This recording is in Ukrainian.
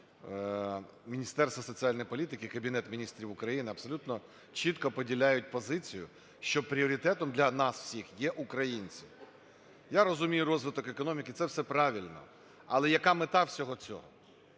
Міністерство соціальної політики, Кабінет Міністрів України абсолютно чітко поділяють позицію, що пріоритетом для нас всіх є українці. Я розумію розвиток економіки - це все правильно, але яка мета всього цього?